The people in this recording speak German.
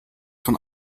von